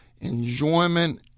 enjoyment